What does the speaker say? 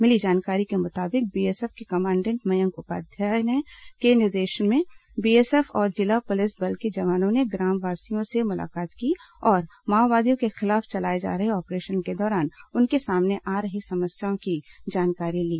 मिली जानकारी के मुताबिक बीएसएफ के कमांडेंट मयंक उपाध्याय के निर्देशन में बीसएएफ और जिला पुलिस बल के जवानों ने ग्रामवासियों से मुलाकात की और माओवादियों के खिलाफ चलाए जा रहे ऑपरेशन को दौरान उनके सामने आ रही समस्याओं की जानकारी ली